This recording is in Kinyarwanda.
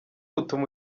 butuma